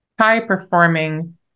high-performing